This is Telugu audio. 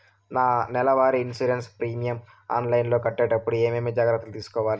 నా నెల వారి ఇన్సూరెన్సు ప్రీమియం ఆన్లైన్లో కట్టేటప్పుడు ఏమేమి జాగ్రత్త లు తీసుకోవాలి?